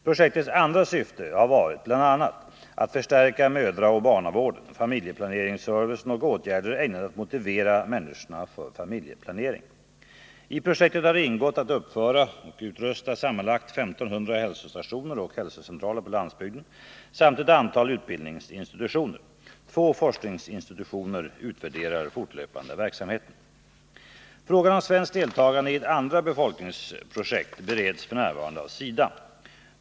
Projektets andra syfte har varit bl.a. att förstärka mödraoch barnavården, familjeplaneringsservicen och åtgärder ägnade att motivera människorna för familjeplanering. I projektet har ingått att uppföra och utrusta sammanlagt ca 1 500 hälsostationer och hälsocentraler på landsbygden samt ett antal utbildningsinstitutioner. Två forskningsinstitutioner utvärderar fortlöpande verksamheten. Frågan om svenskt deltagande i ett andra befolkningsprojekt bereds f. n. av SIDA.